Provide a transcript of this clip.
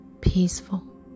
peaceful